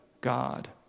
God